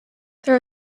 there